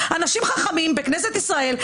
אנשים חכמים בכנסת ישראל,